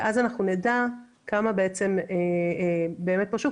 ואז אנחנו נדע כמה באמת פרשו,